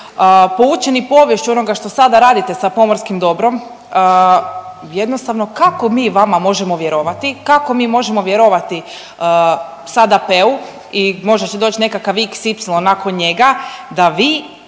poučeni poviješću onoga što sada radite sa pomorskim dobrom jednostavno kako mi vama možemo vjerovati? Kako mi možemo vjerovati sad AP-u i možda će doći nekakav xy nakon njega da vi